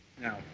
No